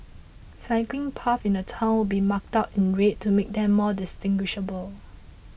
cycling paths in the town will be marked out in red to make them more distinguishable